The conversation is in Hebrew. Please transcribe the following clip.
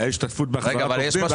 הייתה השתתפות בהחזרת עובדים.